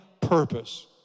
purpose